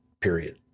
period